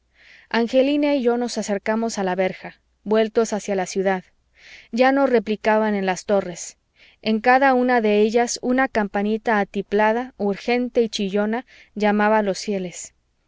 angelina y yo nos acercamos a la verja vueltos hacia la ciudad ya no repicaban en las torres en cada una de ellas una campanita atiplada urgente y chillona llamaba a los fieles